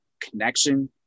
connection